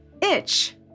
Itch